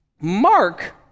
Mark